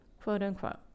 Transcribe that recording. Quote-unquote